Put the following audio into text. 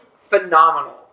phenomenal